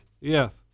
Yes